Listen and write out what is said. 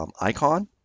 icon